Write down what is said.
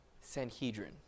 Sanhedrin